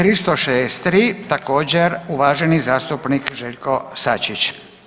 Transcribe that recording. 363 također uvaženi zastupnik Željko Sačić.